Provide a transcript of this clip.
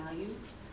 values